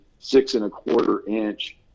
six-and-a-quarter-inch